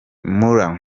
müller